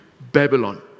babylon